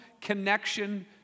connection